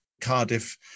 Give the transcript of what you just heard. Cardiff